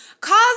cause